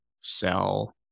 sell